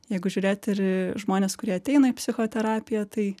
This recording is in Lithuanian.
jeigu žiūrėt ir žmonės kurie ateina į psichoterapiją tai